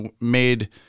made